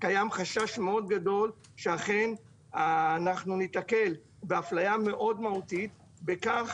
קיים חשש מאוד גדול שאכן אנחנו ניתקל באפליה מאוד מהותית בכך